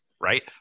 Right